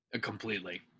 Completely